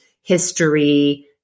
history